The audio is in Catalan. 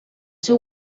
seu